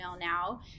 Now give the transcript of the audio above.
now